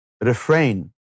refrain